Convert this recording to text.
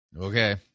Okay